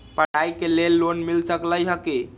पढाई के लेल लोन मिल सकलई ह की?